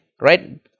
Right